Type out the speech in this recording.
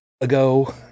ago